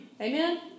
Amen